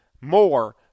more